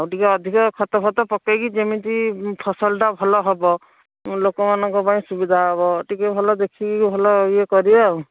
ଆଉ ଟିକେ ଅଧିକ ଖତଫତ ପକେଇକି ଯେମିତି ଫସଲଟା ଭଲ ହବ ଲୋକମାନଙ୍କ ପାଇଁ ସୁବିଧା ହବ ଟିକେ ଭଲ ଦେଖିକି ଭଲ ଇଏ କରିବା ଆଉ